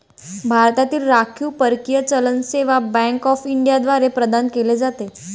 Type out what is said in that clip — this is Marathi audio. भारतातील राखीव परकीय चलन सेवा बँक ऑफ इंडिया द्वारे प्रदान केले जाते